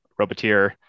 roboteer